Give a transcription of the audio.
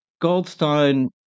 Goldstein